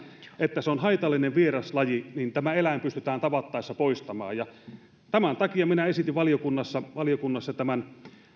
että se on haitallinen vieraslaji tämä eläin pystytään tavattaessa poistamaan ja tämän takia minä esitin valiokunnassa valiokunnassa